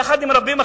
יחד עם רבים אחרים,